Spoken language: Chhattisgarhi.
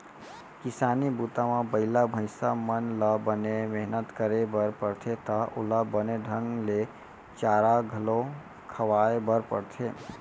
किसानी बूता म बइला भईंसा मन ल बने मेहनत करे बर परथे त ओला बने ढंग ले चारा घलौ खवाए बर परथे